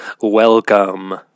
welcome